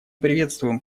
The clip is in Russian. приветствуем